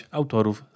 autorów